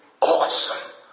awesome